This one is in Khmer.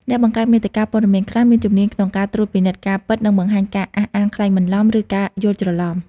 អ្នកបង្កើតមាតិកាព័ត៌មានខ្លះមានជំនាញក្នុងការត្រួតពិនិត្យការពិត និងបង្ហាញការអះអាងក្លែងបន្លំ ឬការយល់ច្រឡំ។